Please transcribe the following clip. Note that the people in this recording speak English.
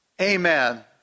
Amen